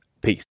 Peace